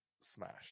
smashed